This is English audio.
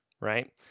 right